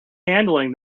handling